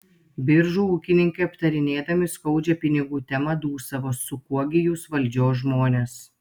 biržų ūkininkai aptarinėdami skaudžią pinigų temą dūsavo su kuo gi jūs valdžios žmonės